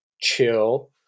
chill